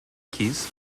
keys